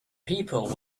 people